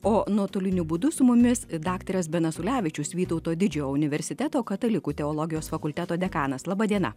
o nuotoliniu būdu su mumis daktaras benas ulevičius vytauto didžiojo universiteto katalikų teologijos fakulteto dekanas laba diena